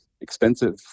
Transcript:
expensive